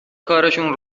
کارشون